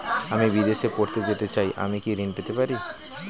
আমি বিদেশে পড়তে যেতে চাই আমি কি ঋণ পেতে পারি?